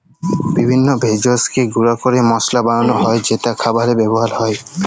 বিভিল্য ভেষজকে গুঁড়া ক্যরে মশলা বানালো হ্যয় যেট খাবারে ব্যাবহার হ্যয়